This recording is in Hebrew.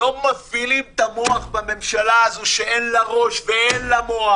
לא מפעילים את המוח בממשלה הזאת שאין לה ראש ואין לה מוח.